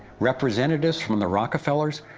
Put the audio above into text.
representatives from the rockefellers,